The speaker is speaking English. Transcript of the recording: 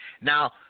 Now